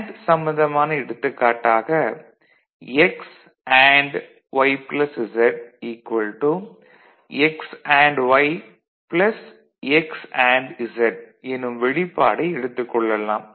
and சம்பந்தமான எடுத்துக்காட்டாக x and y plus z x and y plus x and z எனும் வெளிப்பாடை எடுத்துக் கொள்ளலாம்